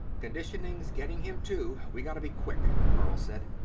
conditioning's getting him, too we gotta be quick, carl said.